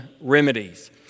remedies